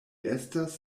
estas